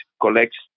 collects